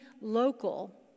local